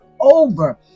over